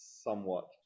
Somewhat